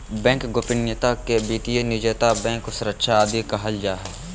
bank गोपनीयता के वित्तीय निजता, बैंक सुरक्षा आदि कहल जा हइ